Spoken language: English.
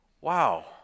wow